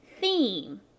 theme